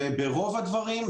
ברוב הדברים,